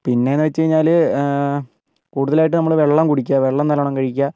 പിന്നേന്ന് വെച്ച് കഴിഞ്ഞാൽ കൂടുതലായിട്ടും നമ്മൾ വെള്ളം കുടിക്കുക വെള്ളം നല്ലോണ്ണം കഴിക്കുക